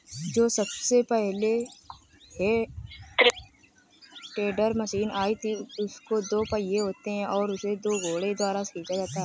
जो सबसे पहले हे टेडर मशीन आई थी उसके दो पहिये होते थे और उसे एक घोड़े द्वारा खीचा जाता था